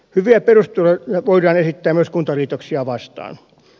hyviä perusteluja voidaan esittää myös kuntaliitoksia vastaan